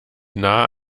nah